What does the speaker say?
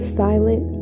silent